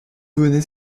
venait